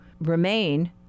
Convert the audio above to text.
remain